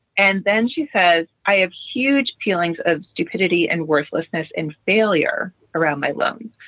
and then she says, i have huge feelings of stupidity and worthlessness and failure around my loans.